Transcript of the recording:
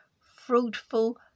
fruitful